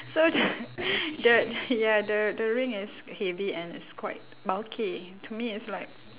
so the the the ya the the ring is heavy and it's quite bulky to me it's like